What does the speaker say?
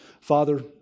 Father